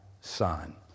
son